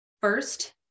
first